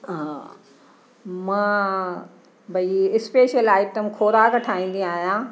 हा मां भई स्पेशल आइटम खोराक ठाहींदी आहियां